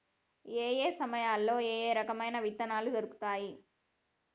ఏయే సమయాల్లో ఏయే రకమైన విత్తనాలు దొరుకుతాయి?